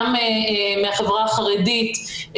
גם מהחברה החרדית,